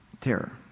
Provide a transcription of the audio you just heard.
terror